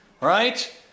Right